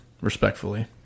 respectfully